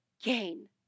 gain